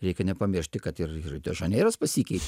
reikia nepamiršti kad ir ir žaneiras pasikeitė